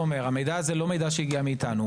המידע הזה לא הגיע מאתנו.